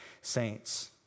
saints